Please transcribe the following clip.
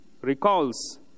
recalls